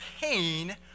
pain